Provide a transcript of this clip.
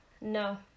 No